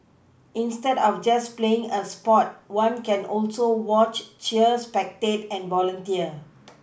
instead of just playing a sport one can also watch cheer spectate and volunteer